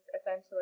essentially